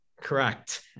Correct